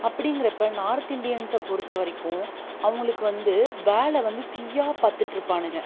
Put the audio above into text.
அப்படிக்கறப்போ north இண்டியன்ஸை பொறுத்த வரைக்கும் அவங்களுக்கு வந்து வேலை வந்து தீயாக பார்த்துட்டுருப்பானுக